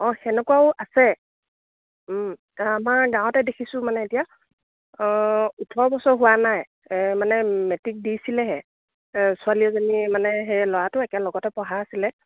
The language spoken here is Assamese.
অঁ তেনেকুৱাও আছে আমাৰ গাঁৱতে দেখিছোঁ মানে এতিয়া ওঠৰ বছৰ হোৱা নাই মানে মেট্ৰিক দিছিলেহে ছোৱালী এজনী মানে সেই ল'ৰাটো একেলগতে পঢ়া আছিলে